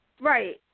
right